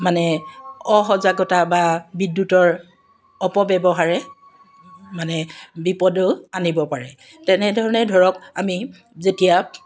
মানে অসজগতা বা বিদ্যুতৰ অপব্যৱহাৰে মানে বিপদো আনিব পাৰে তেনেধৰণে ধৰক আমি যেতিয়া